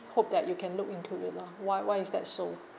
hope that you can look into it lah why why is that so